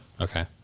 Okay